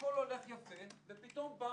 הכול הולך יפה ופתאום בא.